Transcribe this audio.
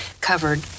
covered